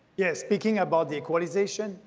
yeah speaking about the equalization,